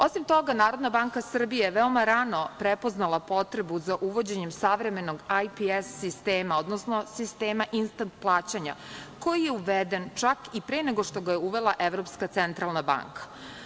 Osim toga, NBS je veoma rano prepoznala potrebu za uvođenjem savremenog IPS sistema, odnosno sistema instant plaćanja, koji je uveden čak i pre nego što ga je uvela Evropska centralna banka.